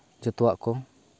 ᱡᱚᱛᱚᱣᱟᱜ ᱠᱚ